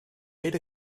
eight